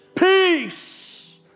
Peace